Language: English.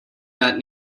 that